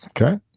Okay